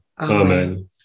Amen